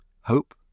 Hope